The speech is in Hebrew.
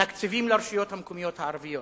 תקציבים לרשויות המקומיות הערביות,